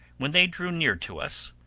when they drew near to us,